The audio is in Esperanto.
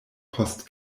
post